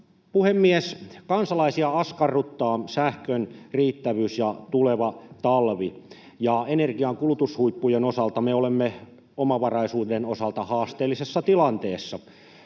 puhemies! Kansalaisia askarruttaa sähkön riittävyys ja tuleva talvi, ja energian kulutushuippujen osalta me olemme omavaraisuuden osalta haasteellisessa tilanteessa.